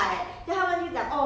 mm